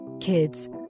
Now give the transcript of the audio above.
Kids